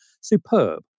superb